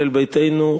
ישראל ביתנו,